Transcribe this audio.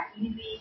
easy